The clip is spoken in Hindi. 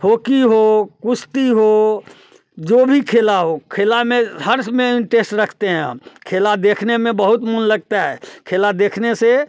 होकी हो कुश्ती हो जो भी खेल हो खेल में हर में इंटेस्ट रखते हैं हम खेल देखने में बहुत मन लगता है खेल देखने से